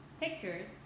Pictures